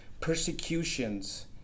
persecutions